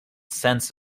sense